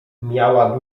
miała